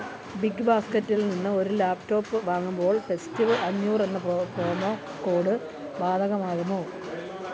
big ബാസ്ക്കറ്റിൽ നിന്ന് ഒരു ലാപ്ടോപ്പ് വാങ്ങുമ്പോൾ ഫെസ്റ്റിവ് അഞ്ഞൂറ് എന്ന പ്രോ പ്രൊമോ കോഡ് ബാധകമാകുമോ